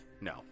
No